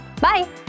Bye